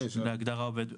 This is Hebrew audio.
בהקראה.